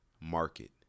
market